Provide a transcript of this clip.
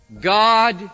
God